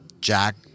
Jack